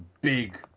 big